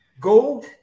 Gold